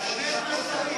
כן, יש תוכנית חדשה.